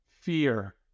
fear